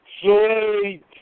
Sweet